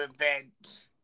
events